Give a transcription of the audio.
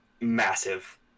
massive